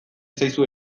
zaizu